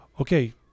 Okay